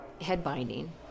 head-binding